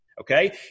Okay